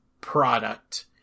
product